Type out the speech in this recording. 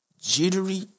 jittery